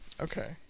Okay